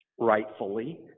rightfully